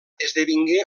esdevingué